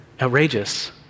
outrageous